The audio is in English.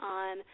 on